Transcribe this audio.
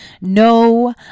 No